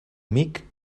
amic